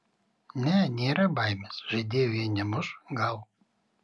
ne nėra baimės žaidėjų jie nemuš gal